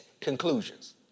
conclusions